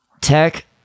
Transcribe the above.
Tech